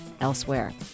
elsewhere